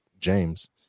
James